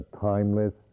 Timeless